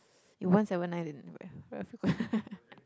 if one seven nine then very very frequent